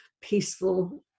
peaceful